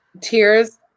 tears